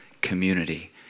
community